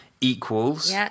Equals